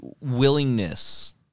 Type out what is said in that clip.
willingness